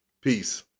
Peace